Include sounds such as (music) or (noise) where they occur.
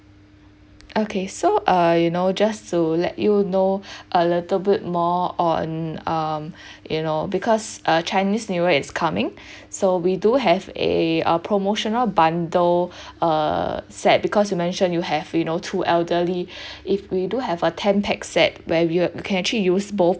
okay so uh you know just to let you know (breath) a little bit more on um (breath) you know because uh chinese new year is coming (breath) so we do have a uh promotional bundle (breath) uh set because you mentioned you have you know two elderly (breath) if we do have a ten pax set where we you can actually use both